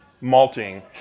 Malting